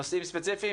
נושאים ספציפיים,